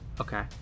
Okay